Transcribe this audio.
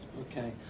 Okay